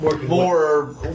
more